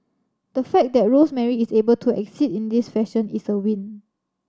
the fact that Rosemary is able to exit in this fashion is a win